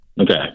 Okay